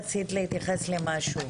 רצית להתייחס למשהו?